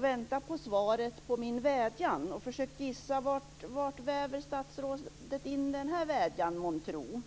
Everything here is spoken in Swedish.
väntat på svaret på min vädjan, och försökt att gissa var statsrådet skulle väva in min vädjan.